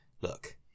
Look